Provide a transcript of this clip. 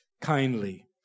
Kindly